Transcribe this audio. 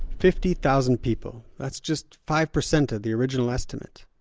fifty thousand people. that's just five percent of the original estimate.